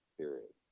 period